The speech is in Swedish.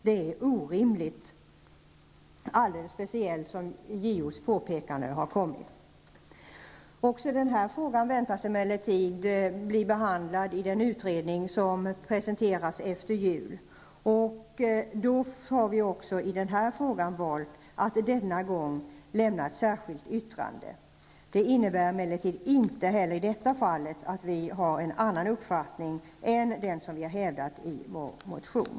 Det är orimligt, speciellt som JOs påpekanden har kommit. Också den här frågan väntas emellertid bli behandlad i den utredning som presenteras efter jul. Vi har därför även i denna fråga valt att denna gång avge ett särskilt yttrande. Det innebär emellertid inte heller i detta fall att vi har en annan uppfattning än den som vi har hävdat i vår motion.